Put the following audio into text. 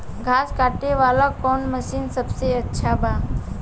घास काटे वाला कौन मशीन सबसे अच्छा बा?